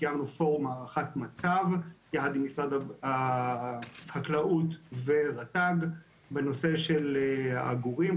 קיימנו פורום הערכת מצב יחד עם משרד החקלאות ורט"ג בנושא של העגורים,